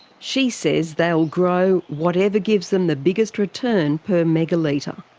she says they will grow whatever gives them the biggest return per megalitre.